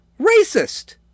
racist